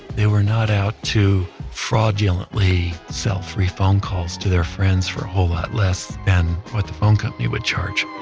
they were not out to fraudulently sell free phone calls to their friends for a whole lot less than what the phone company would charge